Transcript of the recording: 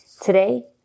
Today